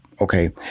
Okay